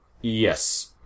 Yes